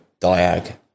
Diag